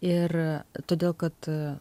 ir todėl kad